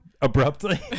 abruptly